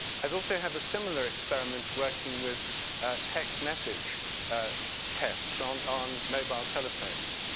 i've also have a similar experiment working with text message test so on on mobile telephones.